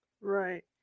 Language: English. Right